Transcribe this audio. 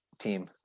Team